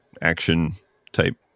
action-type